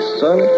son